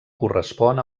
correspon